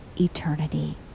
eternity